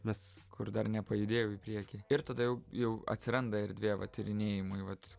nes kur dar nepajudėjau į priekį ir tada jau jau atsiranda erdvė va tyrinėjimui vat